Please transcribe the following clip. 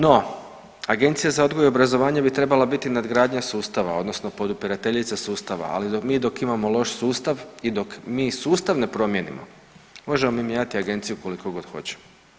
No, Agencija za odgoj i obrazovanje bi trebala biti nadgradnja sustava odnosno podupirateljica sustava, ali mi dok imamo loš sustav i dok mi sustav ne promijenimo možemo mi mijenjati agenciju kolikogod hoćemo.